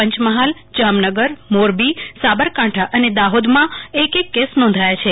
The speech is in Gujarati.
પંચમહાલ જામનગર મોરબી સાબરકાંઠા અને દાહોદમાં એક એક કેસ નોંધાયા છે